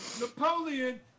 Napoleon